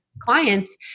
clients